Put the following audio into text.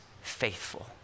faithful